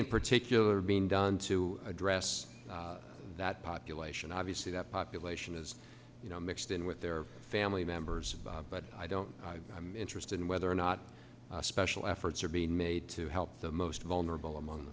in particular being done to address that population obviously the population is you know mixed in with their family them but i don't i'm interested in whether or not special efforts are being made to help the most vulnerable among